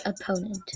opponent